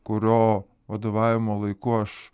kurio vadovavimo laiku aš